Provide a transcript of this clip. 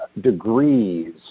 degrees